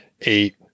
eight